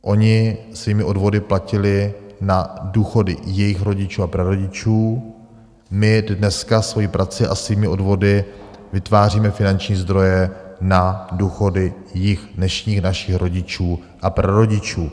Oni svými odvody platili na důchody jejich rodičů a prarodičů, my dneska svojí prací a svými odvody vytváříme finanční zdroje na důchody jich, dnešních našich rodičů a prarodičů.